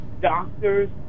doctors